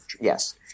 yes